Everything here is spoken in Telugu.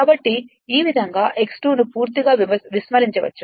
కాబట్టి ఈ విధంగా x 2 ను పూర్తిగా విస్మరించవచ్చు